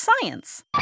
science